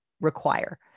require